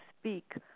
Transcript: speak